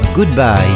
goodbye